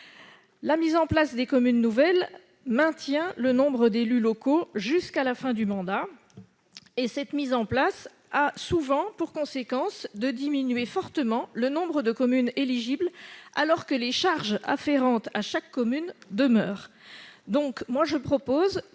La mise en place de communes nouvelles laisse inchangé le nombre d'élus locaux jusqu'à la fin du mandat. Cela a souvent pour conséquence de diminuer fortement le nombre de communes éligibles, alors que les charges afférentes à chaque commune demeurent.